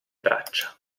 braccia